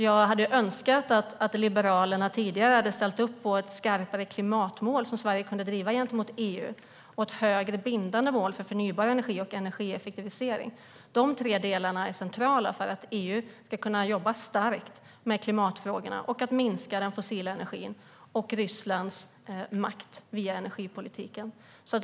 Jag hade önskat att Liberalerna tidigare hade ställt upp på ett skarpare klimatmål som Sverige kunde driva gentemot EU och ett högre bindande mål för förnybar energi och energieffektivisering. De delarna är centrala för att EU ska kunna jobba starkt med klimatfrågorna och minska den fossila energin och Rysslands makt via energipolitiken.